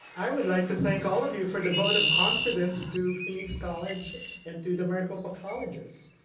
i would like to thank all of you for the vote of confidence through phoenix college and through the maricopa colleges.